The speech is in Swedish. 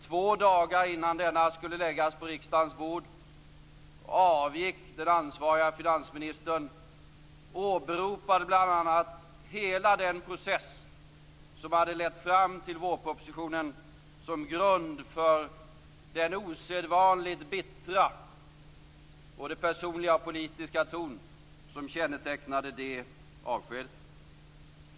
Två dagar innan denna skulle läggas på riksdagens bord avgick den ansvariga finansministern. Han åberopade bl.a. hela den process som hade lett fram till vårpropositionen som grund för den osedvanligt bittra både personliga och politiska ton som kännetecknade det avskedet.